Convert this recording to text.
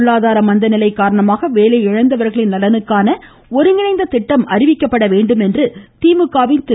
பொருளாதார மந்தநிலை காரணமாக வேலை இழந்தவர்களின் நலனுக்காக ஒருங்கிணைந்த திட்டம் அறிவிக்க வேண்டும் என்று திமுக வின் திரு